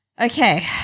Okay